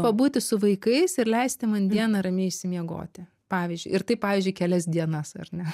pabūti su vaikais ir leisti man dieną ramiai išsimiegoti pavyzdžiui ir taip pavyzdžiui kelias dienas ar ne